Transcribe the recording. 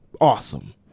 awesome